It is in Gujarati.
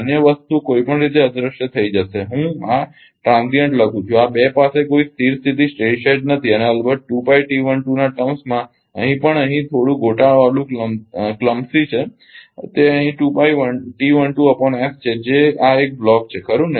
અન્ય વસ્તુઓ કોઈપણ રીતે અદ્રશ્ય થઈ જશે હું આ ક્ષણિકટ્રાંન્ઝિયંટ લખું છું આ 2 પાસે કોઈ સ્થિર સ્થિતિ નથી અને અલબત્ત ના ટર્મ્સમાં અહીં પણ અહીં થોડું ગોટાળાવાળું છે તે અહીં છે જે આ એક બ્લોક છે ખરુ ને